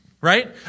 right